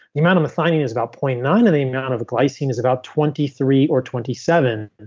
the amount of methionine is about point nine and the amount of glycine is about twenty three or twenty seven.